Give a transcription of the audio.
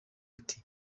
ati